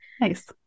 nice